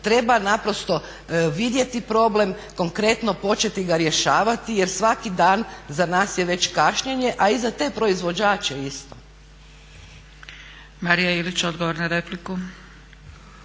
treba naprosto vidjeti problem, konkretno početi ga rješavati jer svaki dan za nas je već kašnjenje, a i za te proizvođače isto.